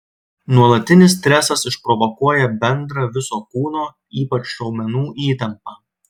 nuolatinis stresas išprovokuoja bendrą viso kūno ypač raumenų įtampą